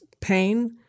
pain